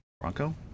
Bronco